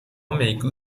میگو